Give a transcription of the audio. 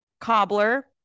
Cobbler